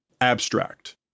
Abstract